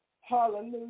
Hallelujah